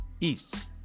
east